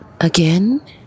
Again